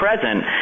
present